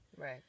Right